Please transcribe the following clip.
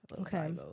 Okay